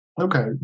Okay